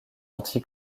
anti